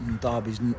Derbies